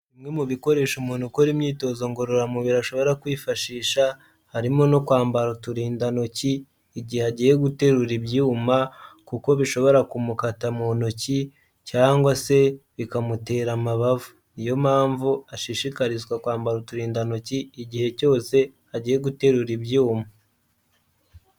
Bimwe mu bikoresho umuntu ukora imyitozo ngororamubiri ashobora kwifashisha, harimo no kwambara uturindantoki igihe agiye guterura ibyuma, kuko bishobora kumukata mu ntoki, cyangwa se bikamutera amabavu, niyo mpamvu ashishikarizwa kwambara uturindantoki igihe cyose agiye guterura ibyuma.